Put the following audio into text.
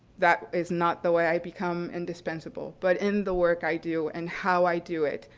that is not the way i become indispensable, but in the work i do and how i do it,